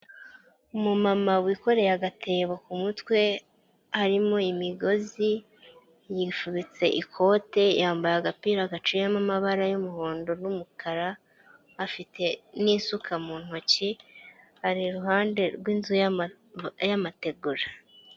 Umumama wikoreye agatebo ku mutwe harimo imigozi yifubitse ikote, yambaye agapira gaciyemo amabara y'umuhondo n'umukara, afite n'isuka mu ntoki, ari iruhande rw'inzu y'amategura.